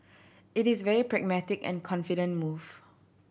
it is very pragmatic and confident move